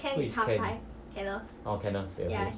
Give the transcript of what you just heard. who is ken orh kenneth